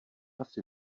asi